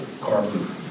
Carbon